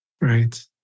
Right